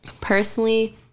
personally